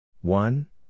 One